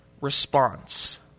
response